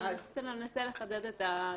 אז ננסה לחדד את ההגדרה.